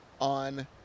on